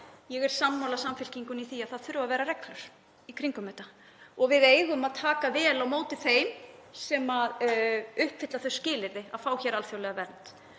ég er sammála Samfylkingunni í því að það þurfi að vera reglur í kringum þetta og við eigum að taka vel á móti þeim sem uppfylla þau skilyrði að fá hér alþjóðlega vernd